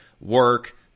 work